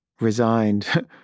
resigned